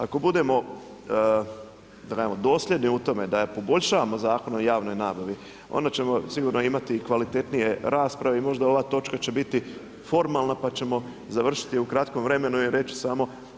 Ako budemo dosljedni u tome da poboljšamo Zakon o javnoj nabavi, onda ćemo sigurno imati i kvalitetnije rasprave i možda ova točka će biti formalna, pa ćemo završiti u kratkom vremenu i reći samo.